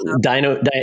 Dino